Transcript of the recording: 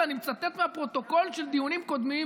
ואני מצטט מהפרוטוקול של דיונים קודמים